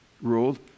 ruled